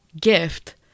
gift